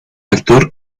actor